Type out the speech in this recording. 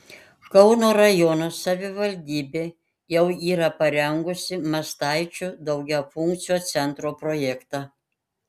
kauno rajono savivaldybė jau yra parengusi mastaičių daugiafunkcio centro projektą